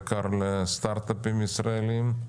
ובעיקר לסטארטאפים ישראלים.